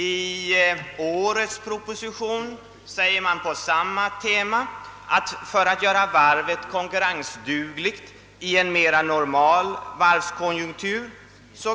I årets proposition säger man att det för att göra varvet konkurrensdugligt i en mera normal varvskonjunktur